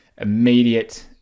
immediate